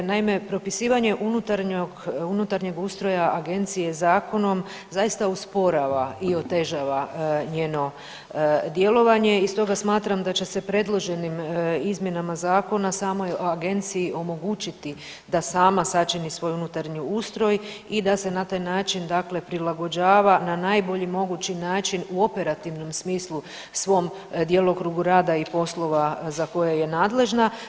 Naime, propisivanje unutarnjeg ustroja agencije zakonom zaista usporava i otežava njeno djelovanje i stoga smatram da će se predloženim izmjenama zakona samoj agenciji omogućiti da sama sačini svoj unutarnji ustroj i da se na taj način, dakle prilagođava na najbolji mogući način u operativnom smislu svom djelokrugu rada i poslova za koje je nadležna.